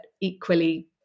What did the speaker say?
equally